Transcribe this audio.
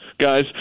Guys